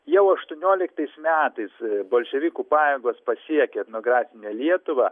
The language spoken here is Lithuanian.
jau aštuonioliktais metais bolševikų pajėgos pasiekė etnografinę lietuvą